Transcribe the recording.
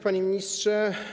Panie Ministrze!